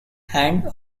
hand